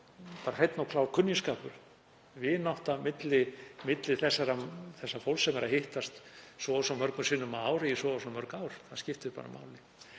bara hreinn og klár kunningsskapur, vinátta milli þessa fólks sem hittist svo og svo mörgum sinnum á ári í svo og svo mörg ár. Það skiptir máli.